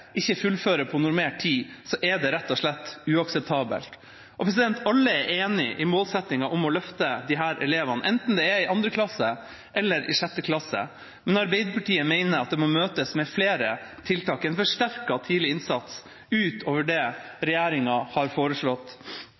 ikke fullfører på normert tid, er det rett og slett uakseptabelt. Alle er enige om målsettingen om å løfte disse elevene, enten det er i 2. klasse eller i 6. klasse. Men Arbeiderpartiet mener at utfordringen må møtes med flere tiltak – en forsterket tidlig innsats, utover det som regjeringa har foreslått.